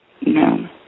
No